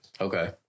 Okay